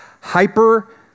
hyper